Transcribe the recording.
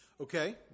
Okay